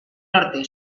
norte